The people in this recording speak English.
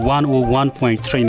101.3